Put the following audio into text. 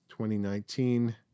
2019